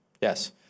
Yes